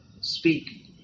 speak